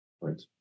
right